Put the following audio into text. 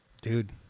dude